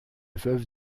veuve